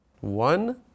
One